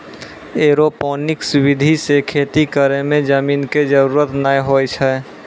aeroponics विधि सॅ खेती करै मॅ जमीन के जरूरत नाय होय छै